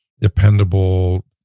dependable